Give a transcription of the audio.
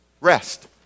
Rest